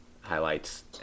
highlights